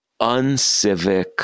uncivic